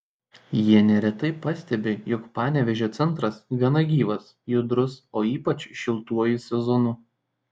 jie neretai pastebi jog panevėžio centras gana gyvas judrus o ypač šiltuoju sezonu